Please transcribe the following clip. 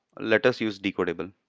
let us use decodable